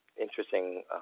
interesting